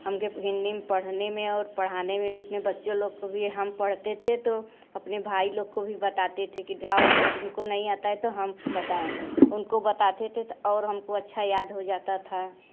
हम जब हिंदी पढ़ने में और पढ़ाने में अपने बच्चों लोग को भी हम पढ़ते थे तो अपने भाई लोग को भी बताते थे कि जाओ हम तुम को नहीं आता है तो हम बताएँ उनको बताते थे तो और हम को अच्छा याद हो जाता था